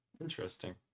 Interesting